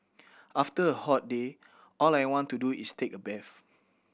after a hot day all I want to do is take a bath